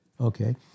Okay